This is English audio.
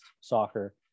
Soccer